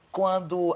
quando